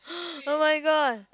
oh-my-god